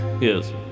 Yes